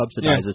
subsidizes